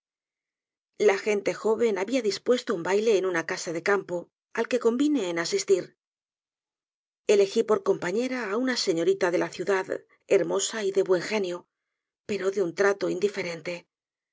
la gente joven habia dispuesto un baile en una casa de campo al que convine en asistir elegí por compañera á una señorita de la ciudad hermosa y de buen genio pero de un trato indiferente